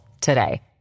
today